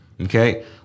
okay